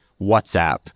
WhatsApp